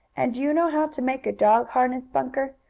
and do you know how to make a dog harness, bunker?